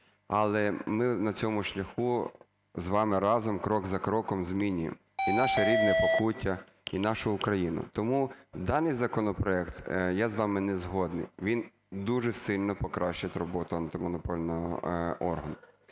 але ми на цьому шляху з вами разом крок за кроком змінюємо і наше рідне Покуття, і нашу Україну. Тому даний законопроект, я з вами не згодний, він дуже сильно покращить роботу антимонопольного органу.